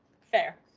Fair